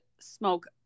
smoke